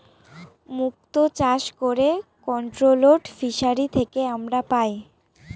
মুক্ত চাষ করে কন্ট্রোলড ফিসারী থেকে আমরা পাই